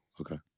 okay